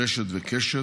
רשת וקשת,